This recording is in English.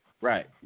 Right